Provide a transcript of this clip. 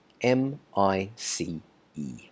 M-I-C-E